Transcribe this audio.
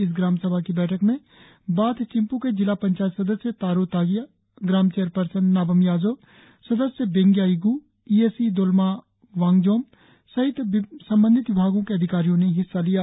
इस ग्राम सभा की बैठक में बाथ चिंप् के जिला पंचायत सदस्य तारो तागिया ग्राम चेयर पर्सन नाबम याजो सदस्य बैंगिया इग् E A C Dolma Wangjom सहित संबंधित विभागों के अधिकारियों ने हिस्सा लिया